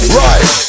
right